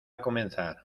comenzar